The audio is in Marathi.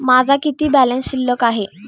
माझा किती बॅलन्स शिल्लक आहे?